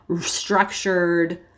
structured